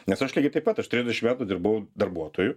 nes aš lygiai taip pat aš trisdešim metų dirbau darbuotoju